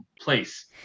place